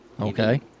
okay